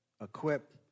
Equip